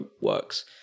works